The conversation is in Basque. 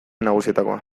nagusietakoa